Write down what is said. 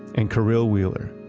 and karyl wheeler.